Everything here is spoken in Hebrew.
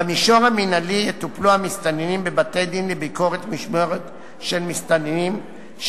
במישור המינהלי יטופלו המסתננים בבתי-דין לביקורת משמורת של מסתננים,